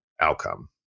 outcome